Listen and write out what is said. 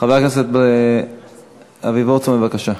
חבר הכנסת אבי וורצמן, בבקשה.